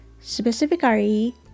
Specifically